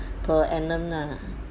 per annum ah